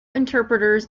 interpreters